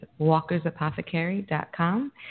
walkersapothecary.com